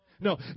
no